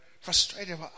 frustrated